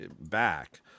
back